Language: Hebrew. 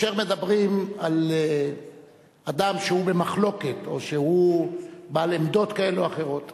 כאשר מדברים על אדם שהוא במחלוקת או שהוא בעל עמדות כאלו או אחרות